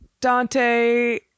Dante